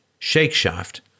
Shakeshaft